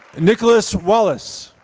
nicholas wallace.